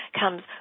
comes